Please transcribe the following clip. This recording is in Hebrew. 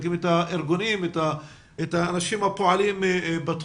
את האנשים בארגונים השונים שפועלים בתחום,